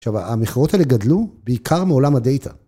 עכשיו המכרות האלה גדלו בעיקר מעולם הדאטה.